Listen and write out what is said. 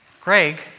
Greg